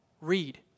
Read